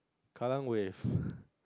Kallang Wave